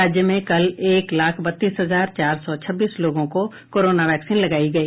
राज्य में कल एक लाख बत्तीस हजार चार सौ छब्बीस लोगों को कोरोना वैक्सीन लगाई गई